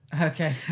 Okay